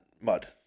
mud